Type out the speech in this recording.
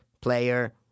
Player